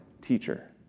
teacher